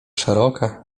szeroka